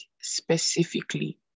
specifically